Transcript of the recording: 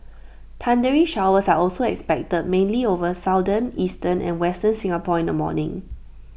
thundery showers are also expected mainly over southern eastern and western Singapore in the morning